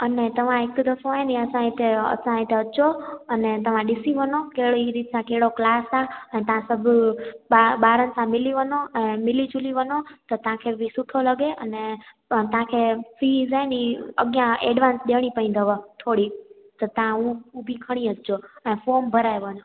अने तव्हां हिकु दफ़ो ऐं न असां इते असां इते अचो अने तव्हां ॾिसी वञो कहिड़ी रीति असां कहिड़ो क्लास आहे ऐं तव्हां सभु ॿा ॿारनि सां मिली वञो ऐं मिली जुली वञो त तव्हांखे बि सुठो लॻे अने त तव्हांखे फीस ऐं न अॻियां एडवांस ॾियणी पवंदव थोरी त तव्हां उहो बि खणी अचिजो ऐं फोम भराए वञिजो